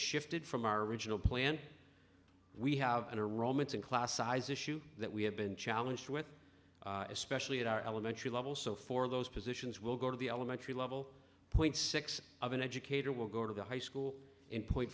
shifted from our original plan we have a romance in class size issue that we have been challenged with especially at our elementary level so for those positions will go to the elementary level point six of an educator will go to the high school in point